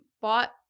bought